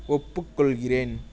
ஒப்புக்கொள்கிறேன்